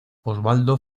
osvaldo